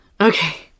okay